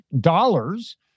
dollars